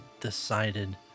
decided